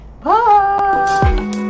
Bye